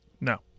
No